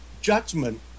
Judgment